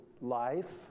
life